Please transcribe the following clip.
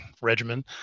regimen